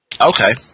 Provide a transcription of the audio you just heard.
Okay